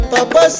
Papa